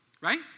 Right